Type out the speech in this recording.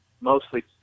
mostly